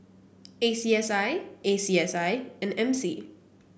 A C S I A C S I and M C